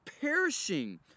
perishing